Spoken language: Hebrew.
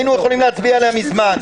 יכולנו להצביע עליה מזמן.